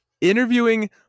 interviewing